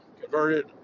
converted